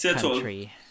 country